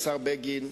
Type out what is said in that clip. השר בגין,